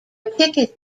ticket